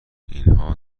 اینها